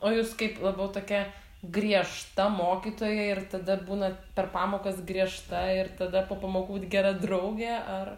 o jūs kaip labiau tokia griežta mokytoja ir tada būnat per pamokas griežta ir tada po pamokų gera draugė ar